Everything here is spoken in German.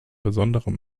besonderem